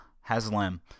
Haslam